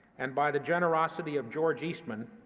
and by the generosity of george eastman,